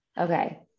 Okay